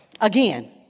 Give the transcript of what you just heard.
again